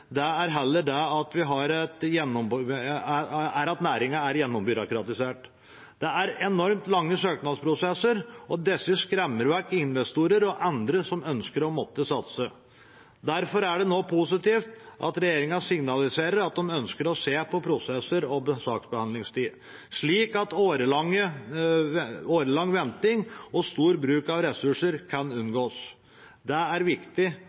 Det er heller det at næringen er gjennombyråkratisert. Det er enormt lange søknadsprosesser, og det skremmer vekk investorer og andre som måtte ønske å satse. Derfor er det nå positivt at regjeringen signaliserer at de ønsker å se på prosesser og saksbehandlingstid, slik at årelang venting og stor bruk av ressurser kan unngås. Det er viktig